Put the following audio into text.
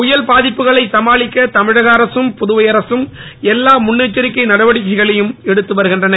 புயல் பாதிப்புகளை சமாளிக்க தமிழக அரசும் புதுவை அரசும் எல்லா முன்னெச்சரிக்கை நடவடிக்கைகளையும் எடுத்து வருகின்றன